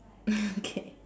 okay